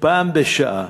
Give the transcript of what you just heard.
פעם בשעה,